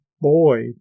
boy